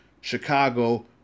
Chicago